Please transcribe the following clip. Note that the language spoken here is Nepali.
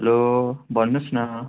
हेलो भन्नुहोस न